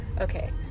Okay